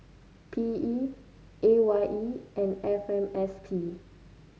P E A Y E and F M S P